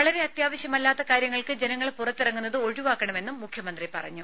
വളരെ അത്യാവശ്യമല്ലാത്ത കാര്യങ്ങൾക്ക് ജനങ്ങൾ പുറത്തിറങ്ങുന്നത് ഒഴിവാക്കണമെന്നും മുഖ്യമന്ത്രി പറഞ്ഞു